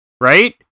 right